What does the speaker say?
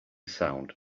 sound